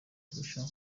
kurusha